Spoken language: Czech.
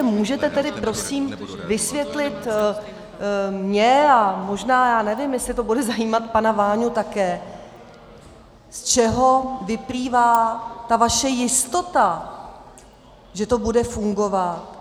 Můžete tedy prosím vysvětlit mně a možná, nevím, jestli to bude zajímat pana Váňu také, z čeho vyplývá ta vaše jistota, že to bude fungovat?